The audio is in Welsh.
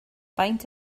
faint